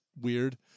weird